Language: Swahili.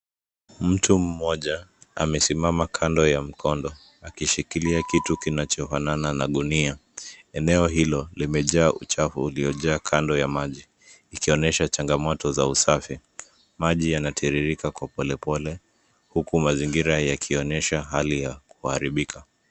Mtu mmoja amesimama kando ya mkondo, akishikilia kitu kinachofanana na gunia. Eneo hilo limejaa uchafu uliyojaa kando ya maji, ikionyesha changamoto za usafi. Maji yanatiririka kwa polepole huku mazingira yakionyesha hali ya kuharibika.